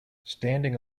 standing